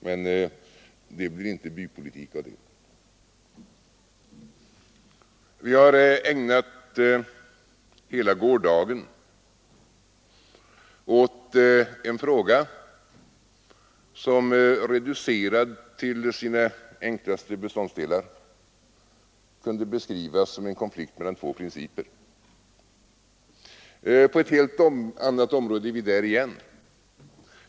Men det blir inte bypolitik av det. Vi ägnade hela gårdagen åt en fråga som reducerad till sina enklaste beståndsdelar kan beskrivas som en konflikt mellan två principer. På ett helt annat område är vi där igen.